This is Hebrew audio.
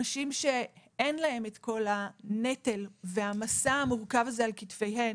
נשים שאין להן את כל הנטל והמשא המורכב הזה על כתפיהן,